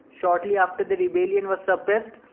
shortly after the rebellion was suppressed,